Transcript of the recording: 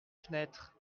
fenêtre